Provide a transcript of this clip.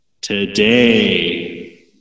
today